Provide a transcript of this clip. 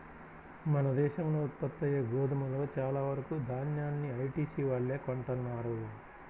మన దేశంలో ఉత్పత్తయ్యే గోధుమలో చాలా వరకు దాన్యాన్ని ఐటీసీ వాళ్ళే కొంటన్నారు